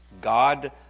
God